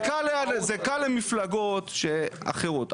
זה קל למפלגות אחרות.